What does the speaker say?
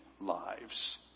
lives